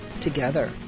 together